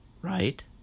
Right